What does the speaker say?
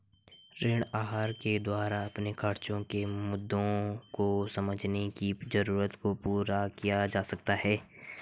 ऋण आहार के द्वारा अपने खर्चो के मुद्दों को समझने की जरूरत को पूरा किया जा सकता है